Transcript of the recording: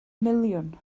miliwn